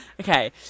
Okay